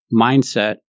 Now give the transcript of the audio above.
mindset